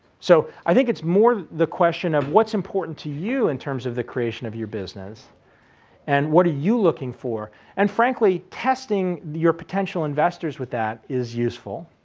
so, i think it's more the question of what's important to you in terms of the creation of your business and what are you looking for and frankly, testing your potential investors with that is useful,